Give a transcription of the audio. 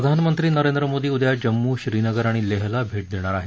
प्रधानमंत्री नरेंद्र मोदी उद्या जम्मू श्रीनगर आणि लेहला भेट देणार आहेत